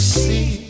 see